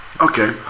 Okay